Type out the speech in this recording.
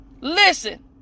Listen